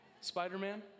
Spider-Man